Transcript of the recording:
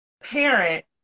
parent